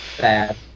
bad